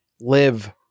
live